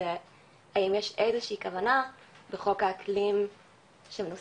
האם יש איזושהי כוונה בחוק האקלים שמנוסח